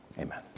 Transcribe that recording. Amen